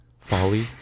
Folly